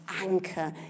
anchor